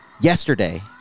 yesterday